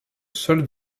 seul